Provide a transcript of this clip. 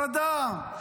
ניסינו הפרדה,